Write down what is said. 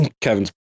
Kevin's